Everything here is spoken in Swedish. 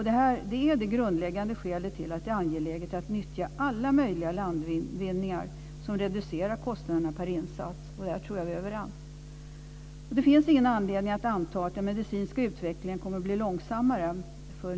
Det här är det grundläggande skälet till att det är angeläget att nyttja alla möjliga landvinningar som reducerar kostnaderna per insats, och där tror jag att vi är överens. Det finns ingen anledning att anta att den medicinska utvecklingen kommer att bli långsammare.